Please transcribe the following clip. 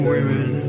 women